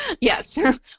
Yes